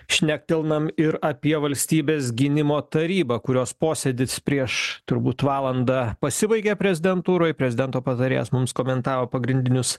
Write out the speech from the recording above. šnektelnam ir apie valstybės gynimo tarybą kurios posėdis prieš turbūt valandą pasibaigė prezidentūroj prezidento patarėjas mums komentavo pagrindinius